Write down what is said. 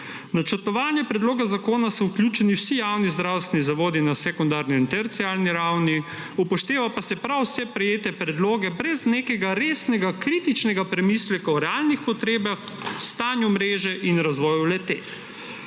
načrtovanje predloga zakona so vključeni vsi javni zdravstveni zavodi na sekundarni in terciarni ravni, upoštevajo pa se prav vsi prejeti predlogi brez nekega resnega kritičnega premisleka o realnih potrebah, stanju mreže in razvoju le-te.